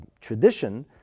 tradition